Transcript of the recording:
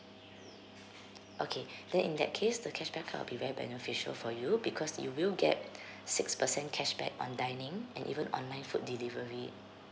okay then in that case the cashback card will be very beneficial for you because you will get six percent cashback on dining and even online food delivery